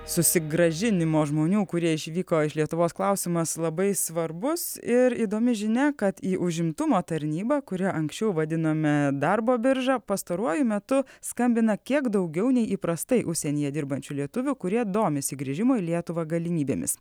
susigrąžinimo žmonių kurie išvyko iš lietuvos klausimas labai svarbus ir įdomi žinia kad į užimtumo tarnybą kurią anksčiau vadinome darbo birža pastaruoju metu skambina kiek daugiau nei įprastai užsienyje dirbančių lietuvių kurie domisi grįžimo į lietuvą galimybėmis